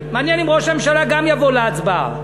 מעניין אם ראש הממשלה גם יבוא להצבעה,